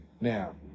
now